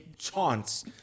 Chance